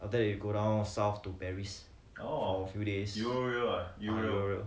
after that we go down south to paris for a few days ya eurorail